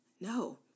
no